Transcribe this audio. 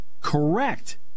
correct